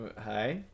Hi